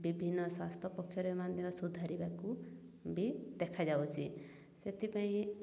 ବିଭିନ୍ନ ସ୍ଵାସ୍ଥ୍ୟ ପକ୍ଷରେ ମଧ୍ୟ ସୁଧାରିବାକୁ ବି ଦେଖାଯାଉଛି ସେଥିପାଇଁ